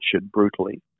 brutally